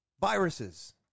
viruses